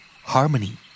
Harmony